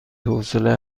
حوصله